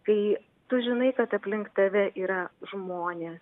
kai tu žinai kad aplink tave yra žmonės